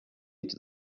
into